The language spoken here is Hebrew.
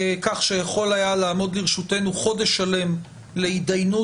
כך שיכול היה לעמוד לרשותנו חודש שלם להתדיינות